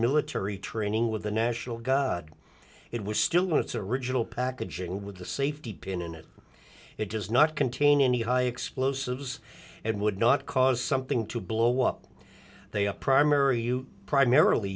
military training with the national god it was still in its original packaging with the safety pin in it it does not contain any high explosives and would not cause something to blow up they a primary you primarily